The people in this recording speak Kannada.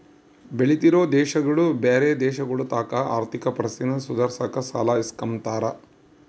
ಬೆಳಿತಿರೋ ದೇಶಗುಳು ಬ್ಯಾರೆ ದೇಶಗುಳತಾಕ ಆರ್ಥಿಕ ಪರಿಸ್ಥಿತಿನ ಸುಧಾರ್ಸಾಕ ಸಾಲ ಇಸ್ಕಂಬ್ತಾರ